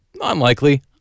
unlikely